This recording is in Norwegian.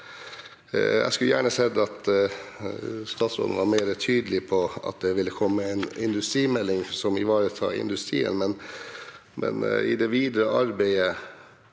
Jeg skulle gjerne sett at statsråden var mer tydelig på at det vil komme en industrimelding som ivaretar industrien, men når det gjelder det